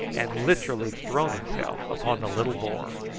and literally thrown himself upon the little boar.